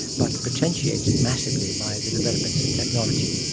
but potentiated massively by the developments in technology.